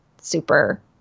super